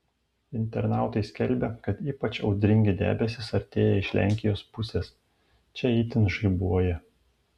internautai skelbia kad ypač audringi debesys artėja iš lenkijos pusės čia itin žaibuoja